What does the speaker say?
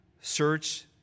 search